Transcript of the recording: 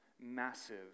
massive